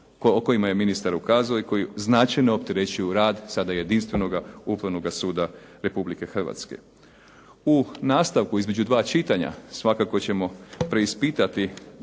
o kojima je ministar ukazao i koji značajno opterećuju rad sada jedinstvenoga Upravnog suda Republike Hrvatske. U nastavku između dva čitanja, svakako ćemo preispitati